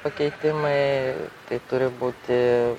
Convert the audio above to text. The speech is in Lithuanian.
pakeitimai tai turi būti